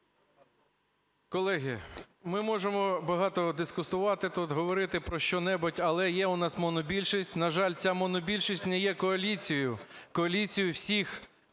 Колеги, ми можемо багато дискутувати тут, говорити про що-небудь, але є у нас монобільшість. На жаль, ця монобільшість не є коаліцією - коаліцією всіх